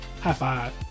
High-five